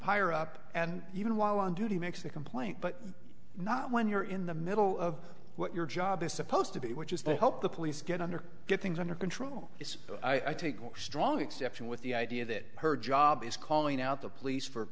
higher up and even while on duty makes the complaint but not when you're in the middle of what your job is supposed to be which is to help the police get under get things under control but i take strong exception with the idea that her job is calling out the police for